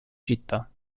città